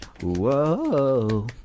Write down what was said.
Whoa